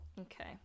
okay